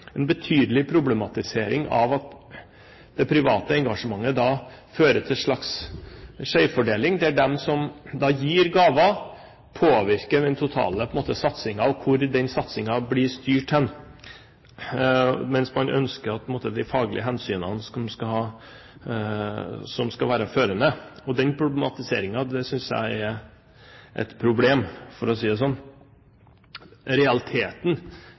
en betydelig problematisering av at det private engasjementet fører til en slags skjevfordeling – at de som gir gaver, på en måte påvirker den totale satsingen og hvor den satsingen blir styrt, mens det man ønsker, er at det er de faglige hensynene som skal være førende. Den problematiseringen synes jeg er et problem, for å si det sånn. Realiteten